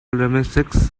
remixes